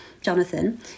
jonathan